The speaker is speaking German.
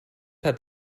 hat